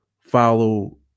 follow